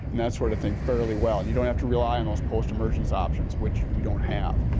and that sort of thing very well. and you don't have to rely on those post emergence options which we don't have.